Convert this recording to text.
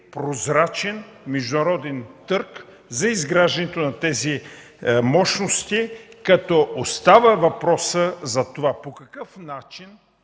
прозрачен международен търг за изграждането на тези мощности, като остава въпросът: по какъв начин